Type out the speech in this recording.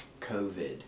COVID